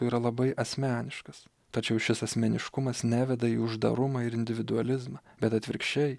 yra labai asmeniškas tačiau šis asmeniškumas neveda į uždarumą ir individualizmą bet atvirkščiai